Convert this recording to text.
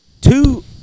two